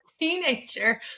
teenager